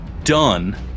Done